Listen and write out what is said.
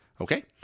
Okay